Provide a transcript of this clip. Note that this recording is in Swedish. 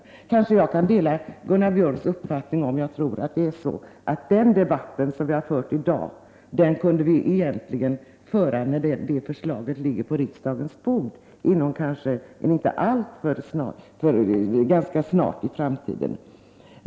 Jag kanske kan dela Gunnar Biörcks uppfattning att — jag tror att det förhåller sig på detta sätt — den debatt som vi har fört i dag kunde vi egentligen föra när förslaget ligger på riksdagens bord inom en ganska snar framtid.